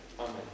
amen